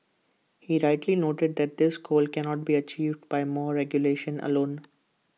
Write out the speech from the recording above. he rightly noted that this goal cannot be achieved by more regulation alone